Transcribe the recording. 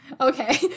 okay